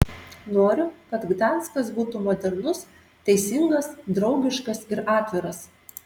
noriu kad gdanskas būtų modernus teisingas draugiškas ir atviras